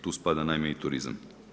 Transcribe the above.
Tu spada naime i turizam.